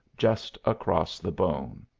just across the bone.